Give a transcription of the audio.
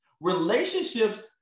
relationships